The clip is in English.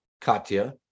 Katya